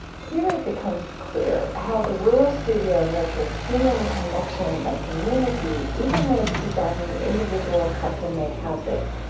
here, it becomes clear how the rural studio nurtures human connection and community even when it's designing individual custom-made houses.